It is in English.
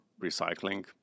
recycling